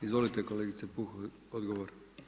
Izvolite kolegice Puh, odgovor.